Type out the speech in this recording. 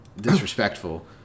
disrespectful